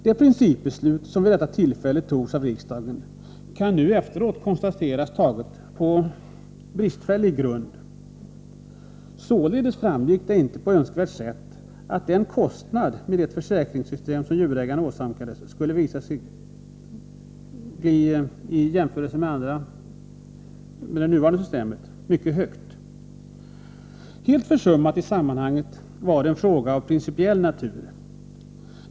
Det principbeslut som vid detta tillfälle togs av riksdagen kan nu efteråt konstateras vara taget på bristfällig grund. Således framgick det inte på önskvärt sätt att den kostnad som djurägare skulle åsamkas med ett försäkringssystem visade sig bli mycket hög i jämförelse med nuvarande system. Helt försummat i sammanhanget var en fråga av principiell natur.